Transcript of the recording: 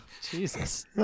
jesus